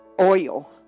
Oil